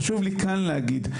חשוב לי כאן להגיד,